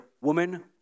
Woman